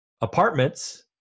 Apartments